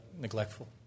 neglectful